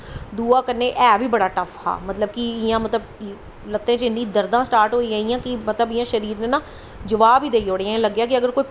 दुआ कन्नै ऐ बी बड़ा टफ्फ हा मतलब कि इयां मतलब कि लत्ते च इन्नियां दर्दां स्टार्ट होई गेेइयां मतलब कि लत्तां बी इ'यां शरीर ना जबाब गै देई ओड़ेआ इ'यां लग्गेआ कि इ'यां